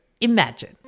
imagine